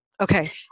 okay